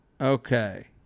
okay